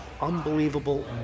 unbelievable